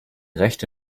rechte